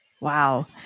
Wow